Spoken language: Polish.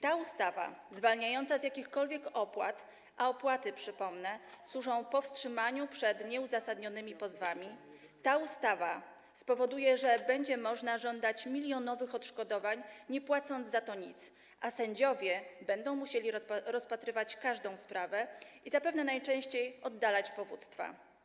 Ta ustawa, zwalniająca z jakichkolwiek opłat, a opłaty, przypomnę, służą powstrzymaniu przed nieuzasadnionymi pozwami, spowoduje, że będzie można żądać milionowych odszkodowań, nie płacąc nic, a sędziowie będą musieli rozpatrywać każdą sprawę i zapewne najczęściej oddalać powództwa.